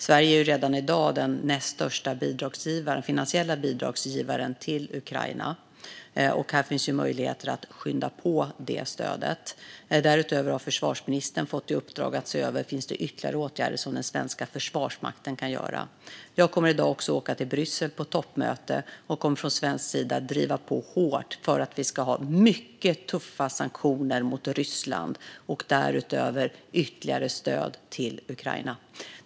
Sverige är redan i dag den näst största finansiella bidragsgivaren till Ukraina, och här finns möjligheter att skynda på det stödet. Därutöver har försvarsministern fått i uppdrag att se över om det finns ytterligare åtgärder som den svenska försvarsmakten kan vidta. Jag kommer i dag att åka till Bryssel på ett toppmöte, och jag kommer för Sveriges räkning att driva på hårt för att vi ska ha mycket tuffa sanktioner mot Ryssland och ytterligare stöd till Ukraina.